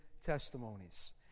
testimonies